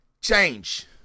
Change